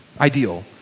ideal